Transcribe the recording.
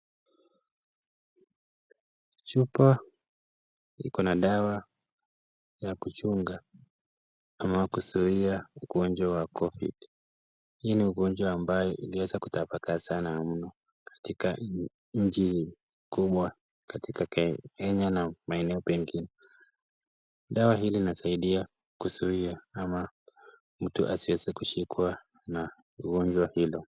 Chupa iko na dawa ya kuchunga ama kuzuia ugonjwa wa COVID, hii ni ugonjwa ambayo iliweza kutapakaa sana mno katika nchii hii kubwa kenya na maeneo mengine. Dawa hii inasaidia kuzuia ama mtu asiweze kushikwa na ugonjwa hilo.